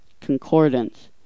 Concordance